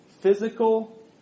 physical